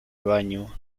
baño